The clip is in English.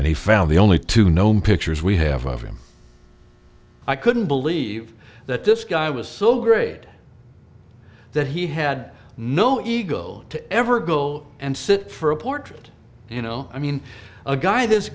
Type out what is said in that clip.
and he found the only two known pictures we have of him i couldn't believe that this guy was so great that he had no eagle to ever go and sit for a portrait you know i mean a guy this